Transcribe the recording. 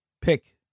pick